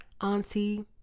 auntie